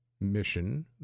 Mission